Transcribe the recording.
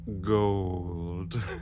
gold